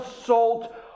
assault